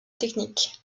technique